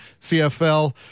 cfl